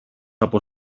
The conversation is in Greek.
από